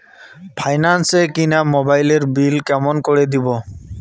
Finance এ কিনা মোবাইলের বিল কেমন করে দিবো?